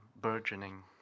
burgeoning